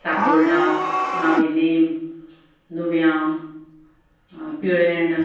साकोडा नाविलीम नुव्या पिळेण